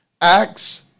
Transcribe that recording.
Acts